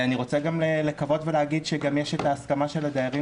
אני רוצה לקוות שגם יש ההסכמה של הדיירים